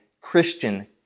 Christian